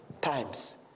times